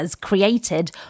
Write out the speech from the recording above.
created